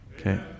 Okay